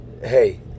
hey